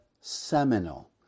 seminal